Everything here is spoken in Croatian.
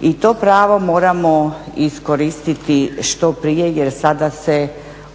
I to pravo moramo iskoristiti što prije jer sada se